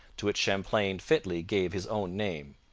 to which champlain fitly gave his own name.